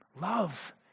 love